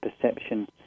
perception